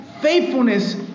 faithfulness